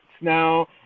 now